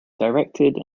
directed